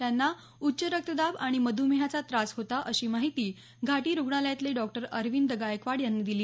त्यांना उच्च रक्तदाब आणि मधुमेहाचा त्रास होता अशी माहिती घाटी रुग्णालयातले डॉक्टर अरविंद गायकवाड यांनी दिली